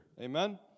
amen